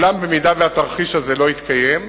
ואולם, במידה שהתרחיש הזה לא יתקיים,